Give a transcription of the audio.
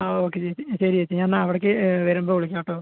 ആ ഓക്കെ ചേച്ചി ശരി ചേച്ചി ഞാനെന്നാ അവടേക്ക് വരുമ്പോൾ വിളിക്കാട്ടോ